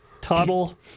Tuttle